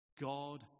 God